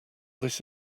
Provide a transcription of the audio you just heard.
this